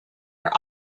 are